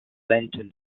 lenton